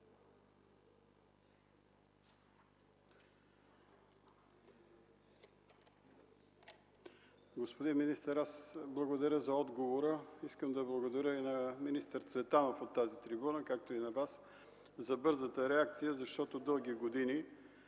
Господин министър, благодаря за отговора. Искам да благодаря и на министър Цветанов от тази трибуна, както и на Вас за бързата реакция, защото дълги години